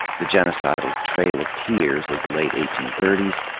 the genocidal trail of tears of the late eighteen thirty s,